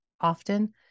often